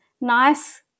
nice